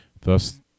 Thus